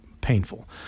painful